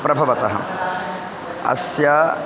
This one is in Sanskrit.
प्रभवतः अस्य